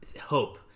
hope